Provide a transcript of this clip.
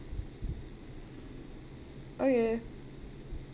okay